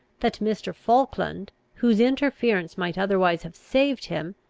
that mr. falkland, whose interference might otherwise have saved him,